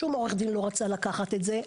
שום עורך דין לא רצה לקחת את זה.